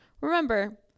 remember